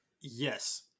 Yes